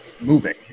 moving